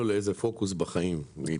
פוקוס בחיים.